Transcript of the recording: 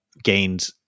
gained